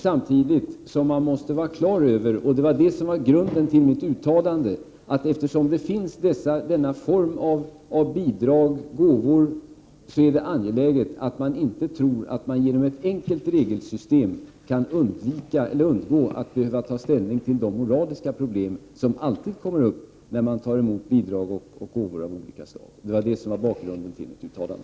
Samtidigt måste man vara på det klara med, och det var grunden 2 februari 1989 till mitt uttalande, att det, eftersom dessa former av bidrag och gåvor finns, är angeläget att man inte tror att man genom ett enkelt regelsystem kan undgå att ta ställning till de moraliska problem som alltid uppkommer när man tar emot bidrag och gåvor av olika slag. Det var detta som var bakgrunden till mitt uttalande.